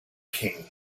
king